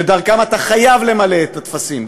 שדרכם אתה חייב למלא את הטפסים.